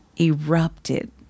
erupted